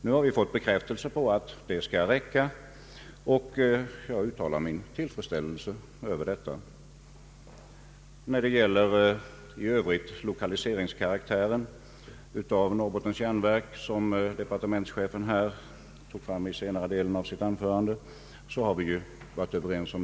Nu har vi fått höra att 100 miljoner skall räcka, och jag uttalar min tillfredsställelse över detta. Departementschefen talade i senare delen av sitt anförande om NJA:s lokaliseringspolitiska karaktär, och därom har vi alla varit överens.